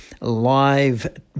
live